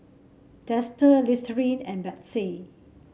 Dester Listerine and Betsy